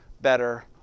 better